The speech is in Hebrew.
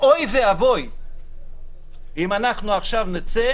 ואוי ואבוי אם אנחנו עכשיו נצא